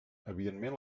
evidentment